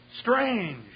Strange